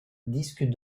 disques